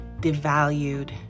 devalued